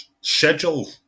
schedule